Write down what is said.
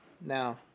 Now